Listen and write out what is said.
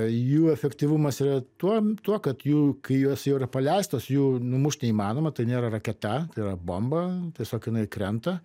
jų efektyvumas yra tuom tuo kad jų kai juos jau yra paleistas jų numušt įmanoma tai nėra raketa tai yra bomba tiesiog jinai krenta